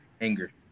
Anger